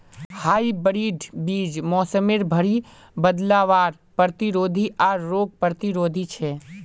hybrid बीज मोसमेर भरी बदलावर प्रतिरोधी आर रोग प्रतिरोधी छे